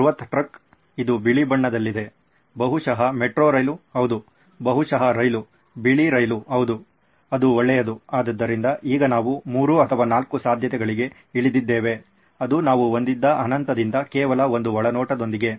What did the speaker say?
ಬೃಹತ್ ಟ್ರಕ್ ಇದು ಬಿಳಿ ಬಣ್ಣದಲ್ಲಿದೆ ಬಹುಶಃ ಮೆಟ್ರೋ ರೈಲು ಹೌದು ಬಹುಶಃ ರೈಲು ಬಿಳಿ ರೈಲು ಹೌದು ಅದು ಒಳ್ಳೆಯದು ಆದ್ದರಿಂದ ಈಗ ನಾವು 3 ಅಥವಾ 4 ಸಾಧ್ಯತೆಗಳಿಗೆ ಇಳಿದಿದ್ದೇವೆ ಅದು ನಾವು ಹೊಂದಿದ್ದ ಅನಂತದಿಂದ ಕೇವಲ ಒಂದು ಒಳನೋಟದೊಂದಿಗೆ